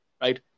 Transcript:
right